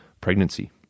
pregnancy